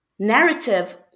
narrative